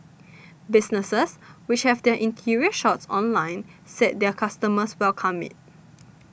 businesses which have their interior shots online said their customers welcome it